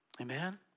Amen